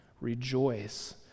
Rejoice